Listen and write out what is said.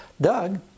Doug